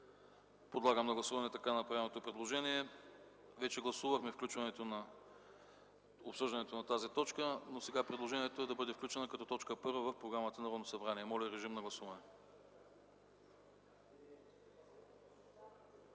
Подлагам на гласуване така направеното предложение. Вече гласувахме включването на обсъждането на тази точка, но сега предложението е да бъде включена като точка 1 в Програмата за работата на Народното събрание. Моля, режим на гласуване.